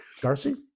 Darcy